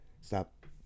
stop